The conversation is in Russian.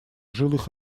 жилых